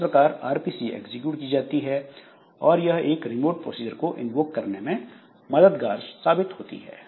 इस प्रकार RPC execute की जाती है और यह एक रिमोट प्रोसीजर को इन्वोक करने में मददगार साबित होती है